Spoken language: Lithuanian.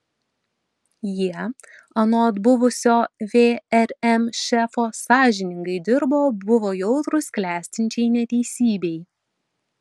jie anot buvusio vrm šefo sąžiningai dirbo buvo jautrūs klestinčiai neteisybei